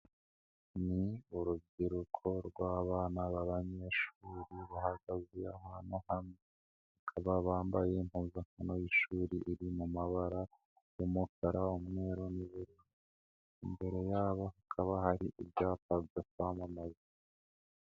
Ni urubyiruko rw'abana b'abanyeshuri bahagaze ahantu hamwe, bakaba bambaye impundakano y'ishuri iri mu mabara y'umukara umweru n'ubururu, imbere yabo hakaba hari ibyapa byo kwamamaza.